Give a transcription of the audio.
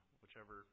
whichever